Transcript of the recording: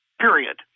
period